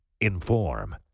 Inform